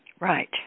Right